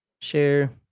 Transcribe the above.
share